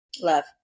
Love